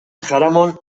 jaramon